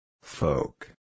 Folk